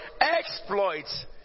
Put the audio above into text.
exploits